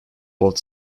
both